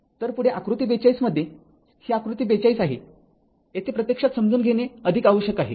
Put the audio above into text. तर पुढे आकृती ४२ मध्ये ही आकृती ४२ आहेयेथे प्रत्यक्षात समजून घेणे अधिक आवश्यक आहे